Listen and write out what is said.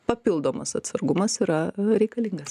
papildomas atsargumas yra reikalinga